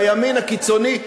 בימין הקיצוני,